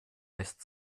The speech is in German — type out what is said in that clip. lässt